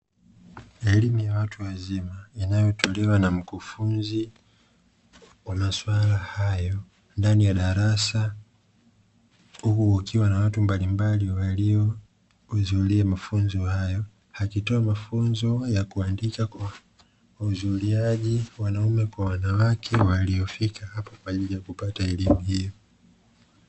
Elimu ya watu wazima inayotolewa na mkufunzi wa maswala hayo ndani ya darasa, huku kukiwa na watu mbalimbali waliohudhuria mafunzo hayo, akitoa mafunzo ya kuandika kwa wahudhuriaji wanawake kwa wanaume waliofika hapa kwa ajili ya kupata elimu hiyo.